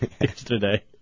yesterday